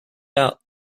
out